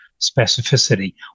specificity